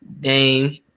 Dame